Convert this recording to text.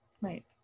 Right